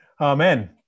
amen